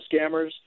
scammers